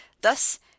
thus